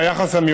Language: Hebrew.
תודה רבה, מוזס.